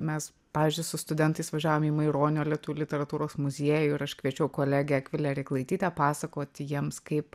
mes pavyzdžiui su studentais važiavom į maironio lietuvių literatūros muziejų ir aš kviečiau kolegę akvilę rėklaitytę pasakoti jiems kaip